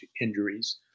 injuries